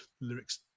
lyric's